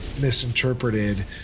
misinterpreted